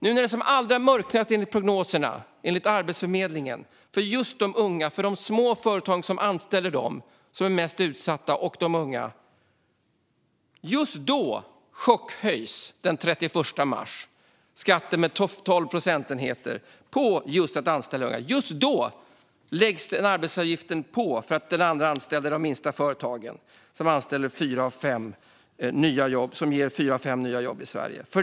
Nu när det, enligt prognoserna och Arbetsförmedlingen, är som allra mörkast för de unga och för de små företag som anställer dem och är mest utsatta chockhöjs skatten på att anställa just unga den 31 mars med 12 procentenheter. Då läggs den arbetsgivaravgiften på för de minsta företagen som ger fyra av fem nya jobb i Sverige.